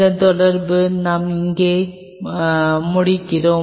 இந்த தொடர்பு நான் இங்கே முடிக்கிறேன்